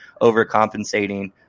overcompensating